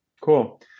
Cool